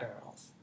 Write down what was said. girls